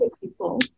people